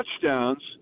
touchdowns